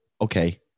Okay